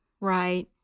Right